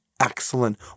excellent